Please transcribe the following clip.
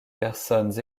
personnes